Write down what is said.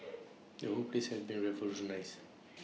the whole place has been revolutionised